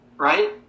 Right